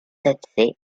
sept